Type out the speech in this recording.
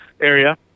area